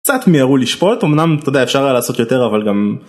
קצת מיהרו לשפוט, אמנם, אתה יודע, אפשר היה לעשות יותר, אבל גם...